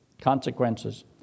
consequences